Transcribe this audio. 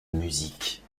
musique